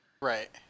Right